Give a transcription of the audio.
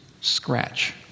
Scratch